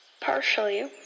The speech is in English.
partially